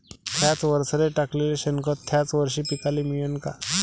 थ्याच वरसाले टाकलेलं शेनखत थ्याच वरशी पिकाले मिळन का?